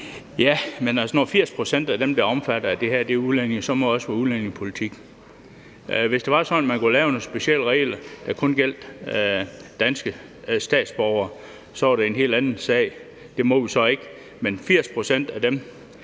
Ja, men altså, når 80 pct. af dem, der er omfattet af det her, er udlændinge, så må det også være udlændingepolitik. Hvis det var sådan, at man kunne have lavet nogle specielle regler, der kun gjaldt danske statsborgere, var det en helt anden sag. Det må vi så ikke. Men 80 pct. af dem,